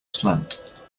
slant